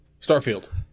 Starfield